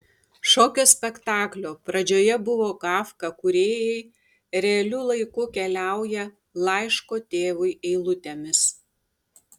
šokio spektaklio pradžioje buvo kafka kūrėjai realiu laiku keliauja laiško tėvui eilutėmis